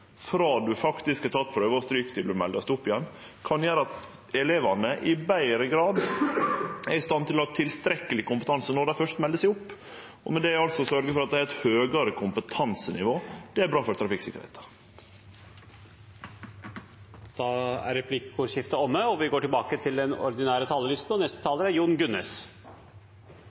frå ein faktisk har teke prøva og stroke, til ein melder seg opp igjen – kan gjere at elevane i større grad er i stand til å ha tilstrekkeleg kompetanse når dei først melder seg opp, og med det altså sørgje for at dei har eit høgare kompetansenivå. Det er bra for trafikksikkerheita. Replikkordskiftet er omme. Jeg hadde ikke tenkt å ta ordet i denne saken, for den